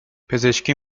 پزشکی